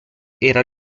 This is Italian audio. era